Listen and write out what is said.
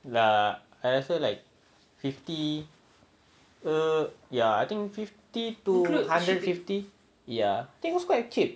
err I rasa like fifty err so ya I think fifty to hundred and fifty ya it was quite cheap